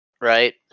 Right